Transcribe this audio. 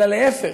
להפך,